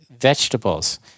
vegetables